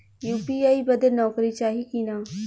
UPI बदे नौकरी चाही की ना?